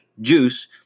juice